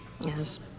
Yes